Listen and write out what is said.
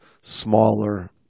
smaller